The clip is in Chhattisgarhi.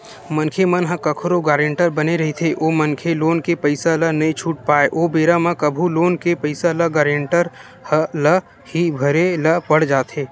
मनखे मन ह कखरो गारेंटर बने रहिथे ओ मनखे लोन के पइसा ल नइ छूट पाय ओ बेरा म कभू लोन के पइसा ल गारेंटर ल ही भरे ल पड़ जाथे